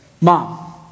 Mom